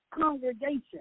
congregation